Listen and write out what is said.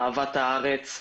אהבת הארץ,